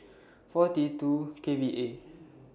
four T two K V A